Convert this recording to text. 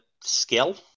skill